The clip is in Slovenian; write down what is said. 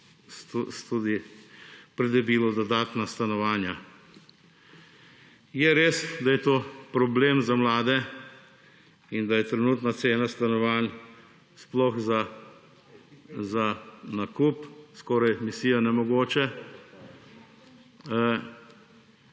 tudi pridobilo dodatna stanovanja. Je res, da je to problem za mlade in da je trenutna cena stanovanj, sploh za nakup, skoraj misija nemogoče.